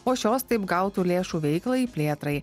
o šios taip gautų lėšų veiklai plėtrai